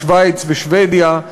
בשווייץ ובשבדיה,